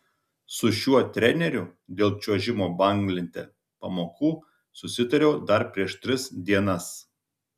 su šiuo treneriu dėl čiuožimo banglente pamokų susitariau dar prieš tris dienas